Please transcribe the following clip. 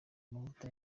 amavuta